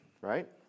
right